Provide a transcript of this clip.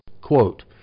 Quote